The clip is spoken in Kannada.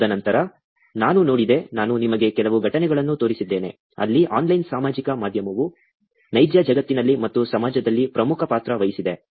ತದನಂತರ ನಾನು ನೋಡಿದೆ ನಾನು ನಿಮಗೆ ಕೆಲವು ಘಟನೆಗಳನ್ನು ತೋರಿಸಿದ್ದೇನೆ ಅಲ್ಲಿ ಆನ್ಲೈನ್ ಸಾಮಾಜಿಕ ಮಾಧ್ಯಮವು ನೈಜ ಜಗತ್ತಿನಲ್ಲಿ ಮತ್ತು ಸಮಾಜದಲ್ಲಿ ಪ್ರಮುಖ ಪಾತ್ರ ವಹಿಸಿದೆ